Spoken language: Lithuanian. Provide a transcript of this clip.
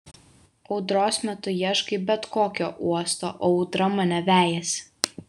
audros metu ieškai bet kokio uosto o audra mane vejasi